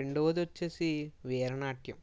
రెండొవది వచ్చేసి వీర నాట్యం